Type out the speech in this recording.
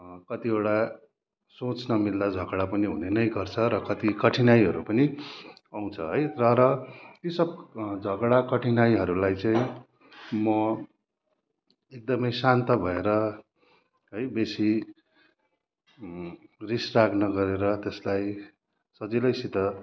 कतिवटा सोच न मिल्दा झगड़ा पनि हुने नै गर्छ र कति कठिनाइहरू पनि आउँछ है तर यी सब झगड़ा कठिनाइहरूलाई चाहिँ म एकदमै शान्त भएर है बेसी रिस राग न गरेर त्यसलाई सजिलैसित